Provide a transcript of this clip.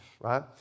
right